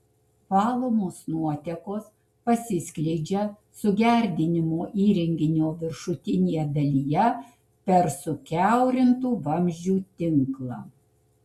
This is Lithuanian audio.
valomos nuotekos pasiskleidžia sugerdinimo įrenginio viršutinėje dalyje per sukiaurintų vamzdžių tinklą